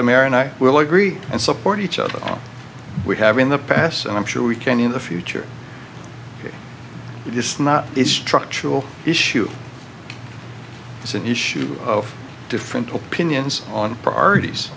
the maronite will agree and support each other we have in the past and i'm sure we can in the future just not it's structural issue it's an issue of different opinions on priorities